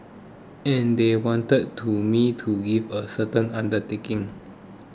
and they wanted to me to give a certain undertaking